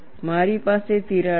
મારી પાસે તિરાડ છે